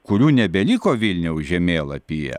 kurių nebeliko vilniaus žemėlapyje